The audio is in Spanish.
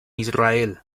israel